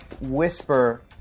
whisper